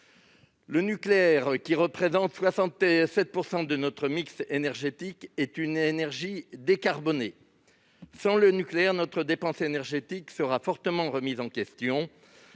Le nucléaire, qui représente 67 % de notre mix électrique, est une énergie décarbonée. Sans le nucléaire, notre indépendance énergétique sera fortement remise en question,